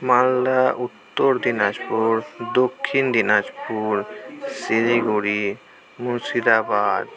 Malda Uttar Dinajpur Dakshin Dinajpur Siliguri Murshidabad